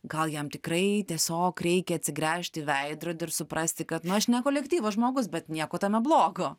gal jam tikrai tiesiog reikia atsigręžti į veidrodį ir suprasti kad nu aš ne kolektyvo žmogus bet nieko tame blogo